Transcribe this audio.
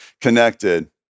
connected